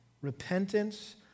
Repentance